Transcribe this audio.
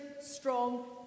strong